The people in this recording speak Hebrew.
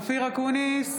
אקוניס,